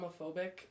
homophobic